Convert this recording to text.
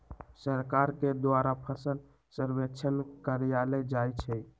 सरकार के द्वारा फसल सर्वेक्षण करायल जाइ छइ